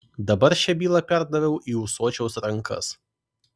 dabar šią bylą perdaviau į ūsočiaus rankas